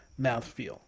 mouthfeel